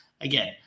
again